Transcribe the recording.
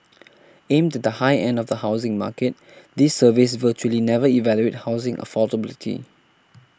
aimed at the high end of the housing market these surveys virtually never evaluate housing affordability